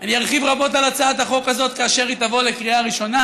אני ארחיב רבות על הצעת החוק הזאת כאשר היא תבוא לקריאה ראשונה,